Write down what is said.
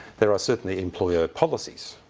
there are certainly employer policies,